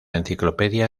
enciclopedia